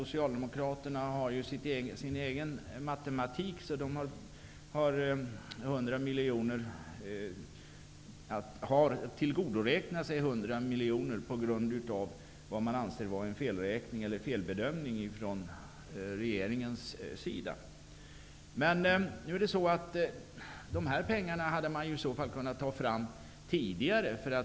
Socialdemokraterna har ju sin egen matematik, så de har tillgodoräknat sig 100 miljoner kronor på grund av vad de anser vara en felbedömning från regeringens sida. Dessa pengar hade man i så fall kunnat ta fram tidigare.